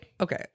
Okay